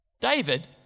David